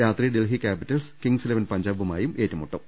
രാത്രി Delhi capitals kings eleven പഞ്ചാബുമായും ഏറ്റു മുട്ടും